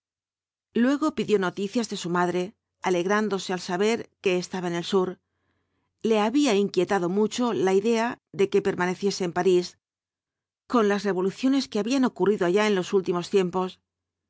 luego pidió noticias de su madre alegrándose al saber que estaba en el sur le había inquietado mucho la idea de que permaneciese en parís con las revoluciones que habían ocurrido allá en los últimos tiempos